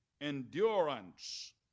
endurance